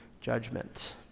judgment